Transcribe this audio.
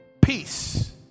peace